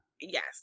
Yes